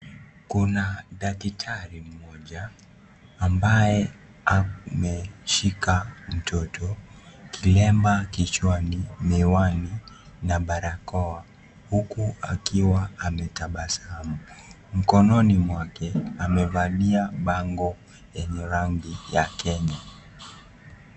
Kuna daktari mmoja, ambaye ameshika mtoto. Kilemba kichwani, miwani na barakoa, huku akiwa ametabasamu. Mkononi mwake amevalia bango yenye rangi ya Kenya.